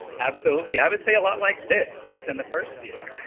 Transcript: absolutely, i would say a lot like this, just in the first year.